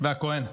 נכון.